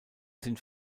sind